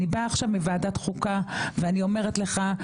אני באה עכשיו מוועדת חוקה ואני אומרת לך,